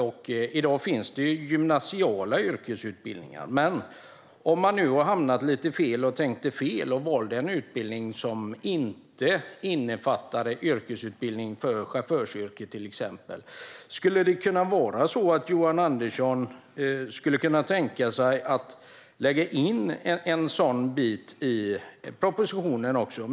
I dag finns det ju gymnasiala yrkesutbildningar, men säg att man hamnade lite fel och tänkte fel och valde en utbildning som inte innefattar yrkesutbildning för till exempel chaufförsyrket. Skulle Johan Andersson kunna tänka sig att lägga in en bit om sådant i propositionen?